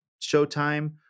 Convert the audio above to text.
showtime